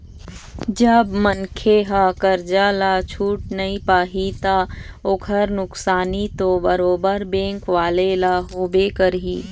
जब मनखे ह करजा ल छूट नइ पाही ता ओखर नुकसानी तो बरोबर बेंक वाले ल होबे करही